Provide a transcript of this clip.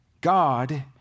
God